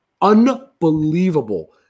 unbelievable